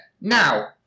Now